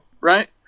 right